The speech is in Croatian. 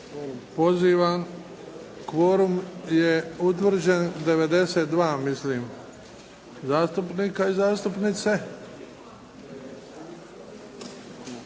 Pozivam, kvorum je utvrđen. 92 zastupnika i zastupnice.